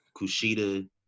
Kushida